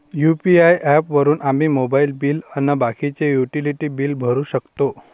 UPI app वापरून आम्ही mobile bill अन बाकीचे युटिलिटी बिल भरू शकतो